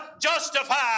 justified